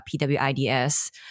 PWIDs